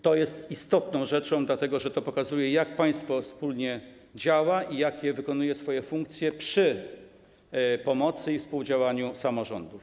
To jest istna rzecz, dlatego że to pokazuje, jak państwo wspólnie działa i jak wykonuje swoje funkcje przy pomocy i współdziałaniu samorządów.